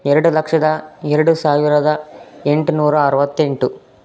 ಎರಡು ಲಕ್ಷದ ಎರಡು ಸಾವಿರದ ಎಂಟುನೂರ ಅರುವತ್ತೆಂಟು